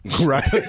Right